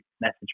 message